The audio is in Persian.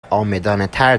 عامدانهتر